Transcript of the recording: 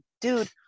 Dude